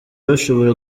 bashobora